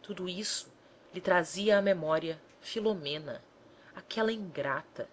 tudo isso lhe trazia à memória filomena aquela ingrata